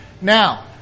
Now